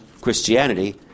Christianity